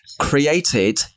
created